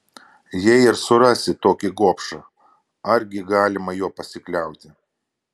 jei ir surasi tokį gobšą argi galima juo pasikliauti